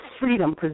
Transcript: freedom